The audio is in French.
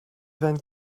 vingt